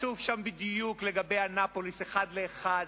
כתוב שם בדיוק לגבי אנאפוליס, אחד לאחד.